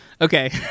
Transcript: okay